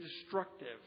destructive